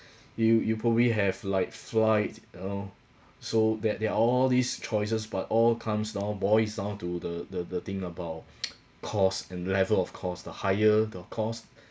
you you probably have like flight you know so that there are all these choices but all comes down boils down to the the the thing about costs and level of cost the higher the cost